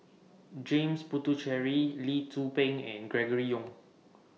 James Puthucheary Lee Tzu Pheng and Gregory Yong